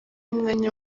umwanya